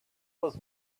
was